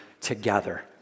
together